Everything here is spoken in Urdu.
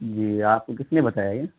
جی یہ آپ کو کس نے بتایا یہ